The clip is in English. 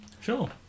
Sure